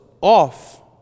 off